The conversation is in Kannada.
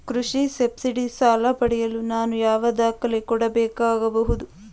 ಕೃಷಿ ಸಬ್ಸಿಡಿ ಸಾಲ ಪಡೆಯಲು ನಾನು ಯಾವ ದಾಖಲೆ ಕೊಡಬೇಕಾಗಬಹುದು?